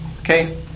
Okay